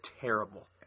terrible